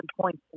points